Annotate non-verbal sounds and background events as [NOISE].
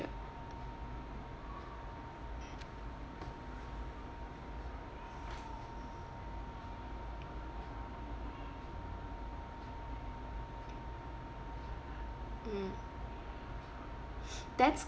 mm [NOISE] that's